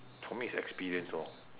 for me is experience lor